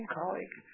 colleague